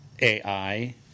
AI